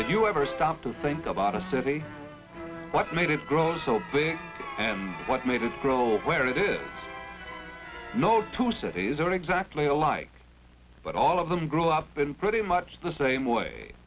did you ever stop to think about a city what made it grow so what made it grow where it is no two cities are exactly alike but all of them grow up pretty much the same way